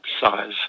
size